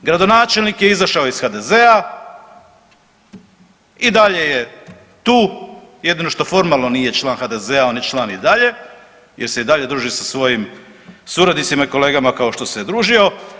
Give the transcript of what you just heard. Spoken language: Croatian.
Gradonačelnik je izašao iz HDZ-a i dalje je tu, jedino što formalno nije član HDZ-a, on je član i dalje jer se i dalje druži sa svojim suradnicima i kolegama kao što se je družio.